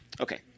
Okay